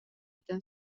этэ